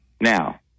Now